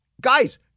guys